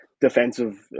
defensive